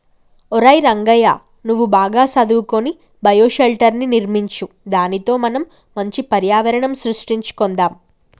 ఒరై రంగయ్య నువ్వు బాగా సదువుకొని బయోషెల్టర్ర్ని నిర్మించు దానితో మనం మంచి పర్యావరణం సృష్టించుకొందాం